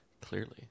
clearly